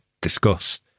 discuss